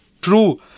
true